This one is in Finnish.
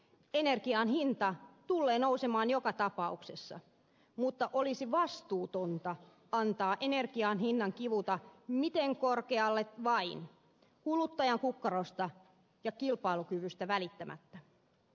energian hinta tullee nousemaan joka tapauksessa mutta olisi vastuutonta antaa energian hinnan kivuta miten korkealle vain kuluttajan kukkarosta ja kilpailukyvystä välittämättä